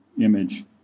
image